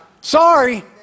Sorry